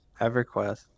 everquest